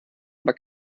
aber